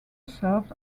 serves